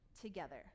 together